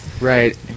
Right